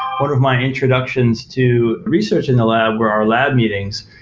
one of my introductions to research in a lab were our lab meetings,